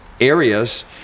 areas